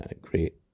great